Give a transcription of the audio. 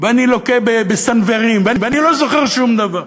ואני לוקה בסנוורים ואני לא זוכר שום דבר.